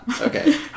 Okay